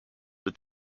with